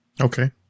Okay